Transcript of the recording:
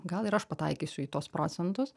gal ir aš pataikysiu į tuos procentus